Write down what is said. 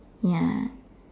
ya